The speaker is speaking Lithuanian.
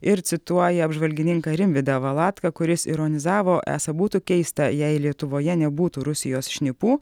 ir cituoja apžvalgininką rimvydą valatką kuris ironizavo esą būtų keista jei lietuvoje nebūtų rusijos šnipų